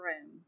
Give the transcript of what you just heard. room